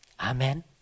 Amen